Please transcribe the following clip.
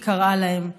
היא קראה להם,